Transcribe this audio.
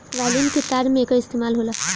violin के तार में एकर इस्तेमाल होला